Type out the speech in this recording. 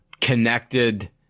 connected